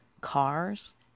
cars